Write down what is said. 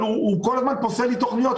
אבל הוא כל הזמן פוסל תוכניות,